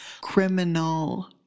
Criminal